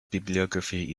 bibliography